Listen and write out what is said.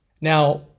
Now